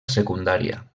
secundària